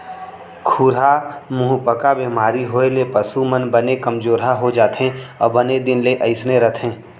खुरहा मुहंपका बेमारी होए ले पसु मन बने कमजोरहा हो जाथें अउ बने दिन ले अइसने रथें